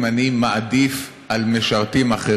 כי אני לא מזלזל ברגשות שלך,